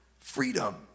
freedom